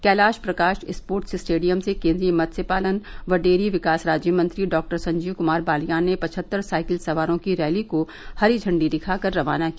Kailash Prakash sports stadium से केंद्रीय मत्स्य पालन व डेयरी विकास राज्यमंत्री डॉ संजीव कुमार बालियान ने पचहत्तर साइकिल सवारों की रैली को हरी झंडी दिखाकर रवाना किया